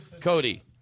Cody